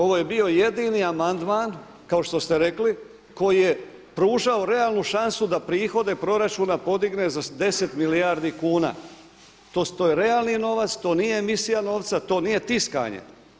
Ovo je bio jedini amandman kao što ste rekli koji je pružao realnu šansu da prihode proračuna podigne za 10 milijardi kuna, to je realni novac, to nije misija novca, to nije tiskanje.